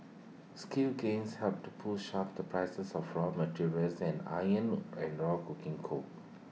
skill gains helped push up the prices of raw materials and iron ore and ore coking coal